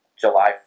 July